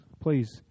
please